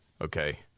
Okay